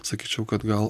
sakyčiau kad gal